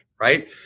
right